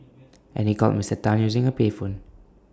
and he called Mister Tan using A payphone